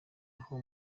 aho